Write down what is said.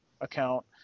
account